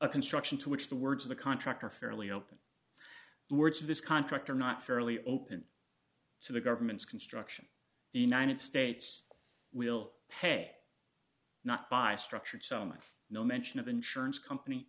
a construction to which the words of the contract are fairly open the words of this contract are not fairly open to the government's construction the united states will pay not by structured so much no mention of insurance company